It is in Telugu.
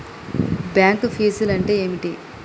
బ్యాంక్ ఫీజ్లు అంటే ఏమిటి?